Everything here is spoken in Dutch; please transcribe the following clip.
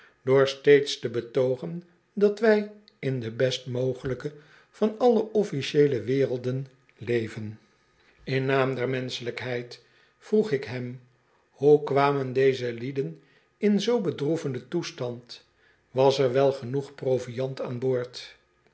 door steeds te betogen dat wij in de best mogelijke van alle offlcieele werelden leven in naam der menschelijkheid vroeg ik hem hoe kwamen deze lieden in zoo bedroevenden toestand was er wel genoeg proviand aan boord